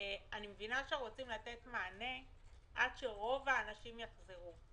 אני מבינה שאתם רוצים לתת מענה עד שרוב האנשים יחזרו,